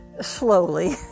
slowly